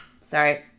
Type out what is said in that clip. Sorry